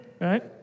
Right